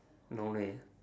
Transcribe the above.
no leh